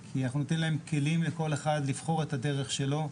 כי אנחנו ניתן כלים לכל אחד לבחור את הדרך שלו,